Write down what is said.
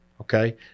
okay